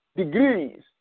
degrees